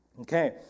Okay